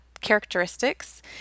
characteristics